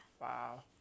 Wow